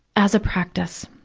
as a practice,